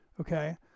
Okay